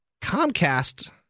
Comcast